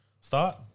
Start